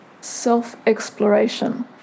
self-exploration